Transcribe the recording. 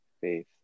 faith